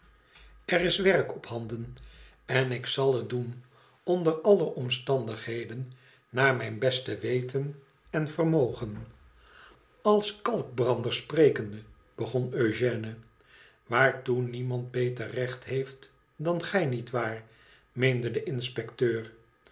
er is werk ophanden ond en ik zal het doen onder alle omstandigheden naar mijn beste weten en vermogen als kalkbrander sprekende begon eugène swaartoeniemand beter recht heeft dan gij nietwaar meende de inspecteur